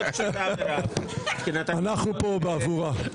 אנחנו פה בעבורה.